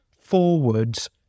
forwards